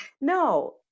no